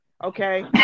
Okay